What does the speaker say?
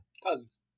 Cousins